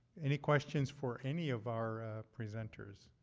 any questions for any of our presenters?